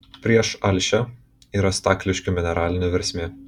prieš alšią yra stakliškių mineralinė versmė